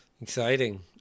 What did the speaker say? Exciting